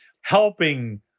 helping